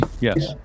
Yes